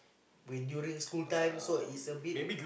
when during school time so it's a bit